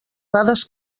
dades